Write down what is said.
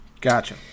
Gotcha